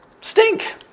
stink